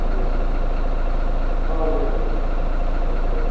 जोंनि आसामाव औ दे दे दे हामबायसै औ